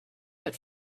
that